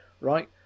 right